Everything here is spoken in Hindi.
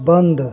बंद